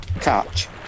catch